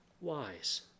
wise